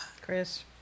Chris